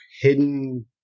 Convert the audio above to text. hidden